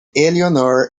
eleanor